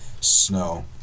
snow